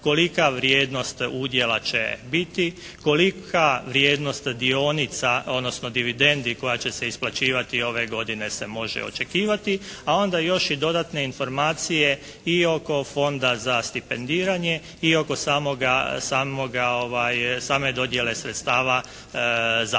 kolika vrijednost udjela će biti, kolika vrijednost dionica, odnosno dividendi koja će se isplaćivati ove godine se može očekivati, a onda još i dodatne informacije i oko Fonda za stipendiranje i oko same dodjele sredstava zaklade.